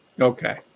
Okay